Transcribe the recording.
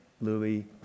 Louis